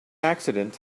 accident